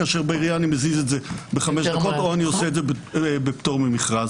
כאשר בעירייה אני מזיז את זה בחמש דקות או שאני עושה את זה בפטור ממכרז.